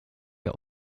wir